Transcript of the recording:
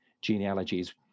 genealogies